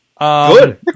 Good